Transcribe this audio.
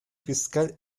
fiscal